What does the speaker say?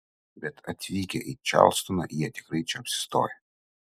bet atvykę į čarlstoną jie tikrai čia apsistoja